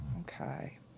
Okay